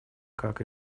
как